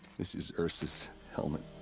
this is ersa's helmet.